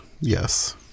yes